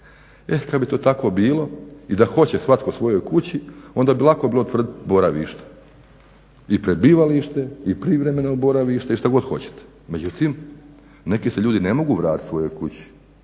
Eh, kad bi to tako bilo i da hoće svatko svojoj kući onda bi lako bilo utvrditi boravište i prebivalište i privremeno boravište i što god hoćete. Međutim, neki se ljudi ne mogu vratiti svojoj kući,